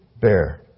bear